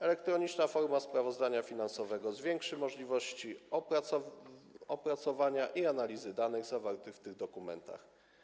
Elektroniczna forma sprawozdania finansowego zwiększy możliwości w zakresie opracowania i analizy danych zawartych w tych dokumentach.